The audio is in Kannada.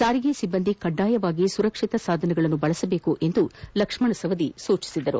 ಸಾರಿಗೆ ಸಿಬ್ಬಂದಿ ಕಡ್ಡಾಯವಾಗಿ ಸುರಕ್ಷಿತ ಸಾಧನಗಳನ್ನು ಬಳಸಬೇಕು ಎಂದು ಲಕ್ಷ್ಣ ಸವದಿ ಸೂಚಿಸಿದರು